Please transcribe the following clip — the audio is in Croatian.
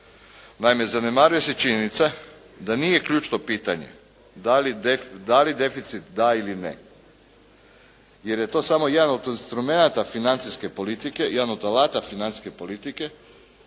Naime, zanemaruje se činjenica da nije ključno pitanje da li deficit da ili ne, jer je to samo jedan od instrumenata financijske politike, jedan od alata financijske politike